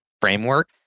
framework